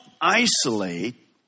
isolate